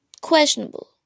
questionable